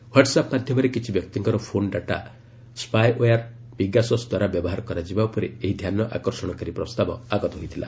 WhatsApp ମାଧ୍ୟମରେ କିଛି ବ୍ୟକ୍ତିଙ୍କର ଫୋନ୍ ଡାଟା ସ୍କାଏଓୟାର୍ ପିଗାସସ୍ ଦ୍ୱାରା ବ୍ୟବହାର କରାଯିବା ଉପରେ ଏହି ଧ୍ୟାନ ଆକର୍ଷଣକାରୀ ପ୍ରସ୍ତାବ ଆଗତ ହୋଇଥିଲା